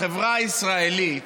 החברה הישראלית